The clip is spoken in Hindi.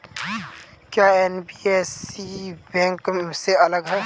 क्या एन.बी.एफ.सी बैंक से अलग है?